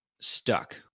stuck